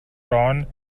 ron